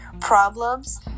problems